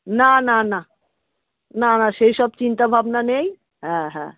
না না না না সেই সব চিন্তাভাবনা নেই হ্যাঁ হ্যাঁ